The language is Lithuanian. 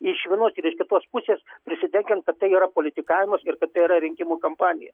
iš vienos ir iš kitos pusės prisidengiant kad tai yra politikavimas ir kad tai yra rinkimų kampanija